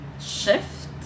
shift